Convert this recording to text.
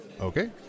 Okay